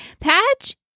Patch